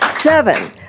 Seven